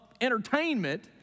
entertainment